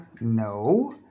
No